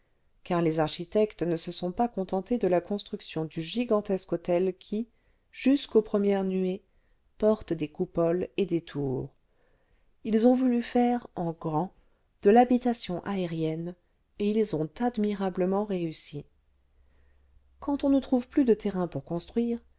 car les architectes ne se sont pas contentés